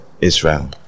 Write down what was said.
Israel